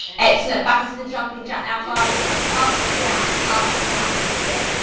excellent back into the jumping jack now guys. jump up down, up, down, that's it.